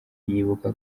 yibuka